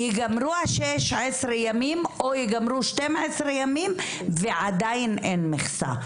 ייגמרו ה-16 ימים או ייגמרו 12 ימים ועדיין אין מכסה,